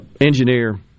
engineer